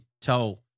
tell